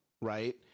Right